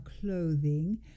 clothing